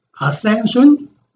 ascension